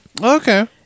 Okay